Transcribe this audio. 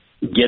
get